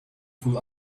pool